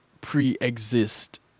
pre-exist